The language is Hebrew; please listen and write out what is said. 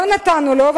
לא נתנו לו,